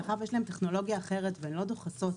מאחר שיש להן טכנולוגיה אחרת והן לא דוחסות